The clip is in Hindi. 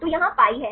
तो यहाँ पाई है